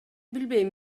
билбейм